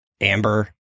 Amber